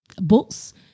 books